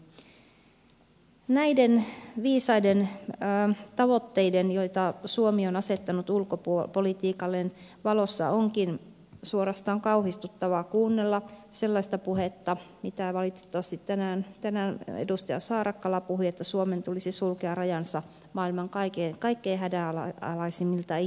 näiden viisaiden tavoitteiden joita suomi on asettanut ulkopolitiikalleen valossa onkin suorastaan kauhistuttavaa kuunnella sellaista puhetta mitä valitettavasti tänään edustaja saarakkala puhui että suomen tulisi sulkea rajansa maailman kaikkein hädänalaisimmilta ihmisiltä